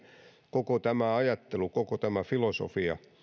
koko tämä ajattelu koko tämä filosofia